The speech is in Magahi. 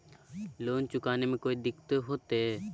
लोन चुकाने में कोई दिक्कतों होते?